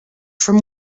from